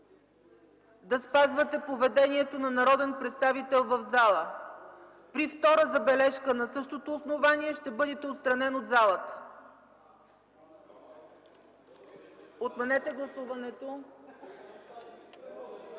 да спазвате поведението на народен представител в зала. При втора забележка на същото основание ще бъдете отстранен от залата. Отменете гласуването.